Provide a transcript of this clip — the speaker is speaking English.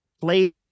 play